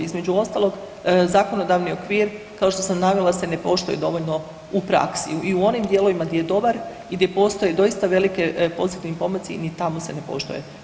Između ostalog zakonodavni okvir se kao što sam navela se ne poštuje dovoljno u praksi i u onim dijelovima gdje je dobar i gdje postoje doista veliki pozitivni pomaci ni tamo se ne poštuje.